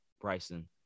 Bryson